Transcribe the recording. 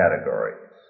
categories